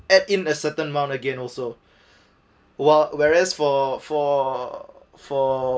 add in a certain amount again also while whereas for for for